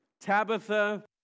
Tabitha